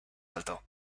alto